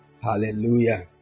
Hallelujah